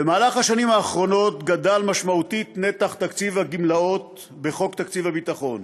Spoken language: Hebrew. במהלך השנים האחרונות גדל משמעותית נתח תקציב הגמלאות בתקציב הביטחון.